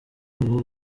ubu